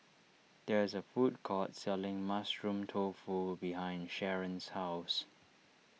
there is a food court selling Mushroom Tofu behind Sharron's house